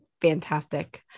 fantastic